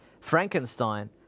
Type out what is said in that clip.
Frankenstein